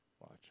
Watch